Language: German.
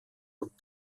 und